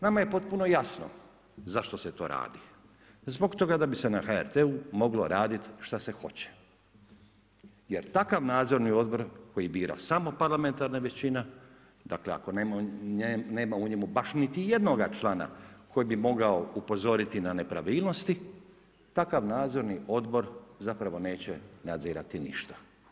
Nama je potpuno jasno zašto se to radi, zbog toga da bi se na HRT-u moglo raditi što se hoće jer takav nadzorni odbor koji bira samo parlamentarna većina, dakle ako nema u njemu baš niti jednoga člana koji bi mogao upozoriti na nepravilnosti, takav nadzorni odbor zapravo neće nadzirati ništa.